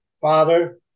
father